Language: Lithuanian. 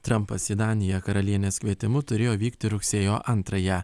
trampas į daniją karalienės kvietimu turėjo vykti rugsėjo antrąją